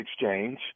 exchange